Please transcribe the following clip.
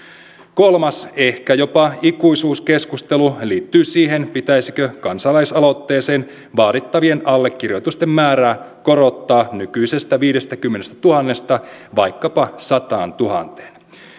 kolmas ehkä jopa ikuisuuskeskustelu liittyy siihen pitäisikö kansalaisaloitteeseen vaadittavien allekirjoitusten määrää korottaa nykyisestä viidestäkymmenestätuhannesta vaikkapa sataantuhanteen